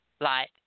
light